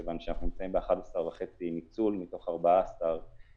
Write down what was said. כיוון שאנחנו נמצאים בניצול של 11.5 מתוך 14 אפשריים.